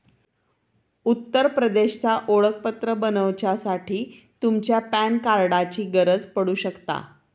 उत्तर प्रदेशचा ओळखपत्र बनवच्यासाठी तुमच्या पॅन कार्डाची गरज पडू शकता